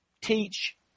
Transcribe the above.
teach